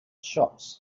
shots